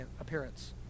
appearance